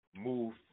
move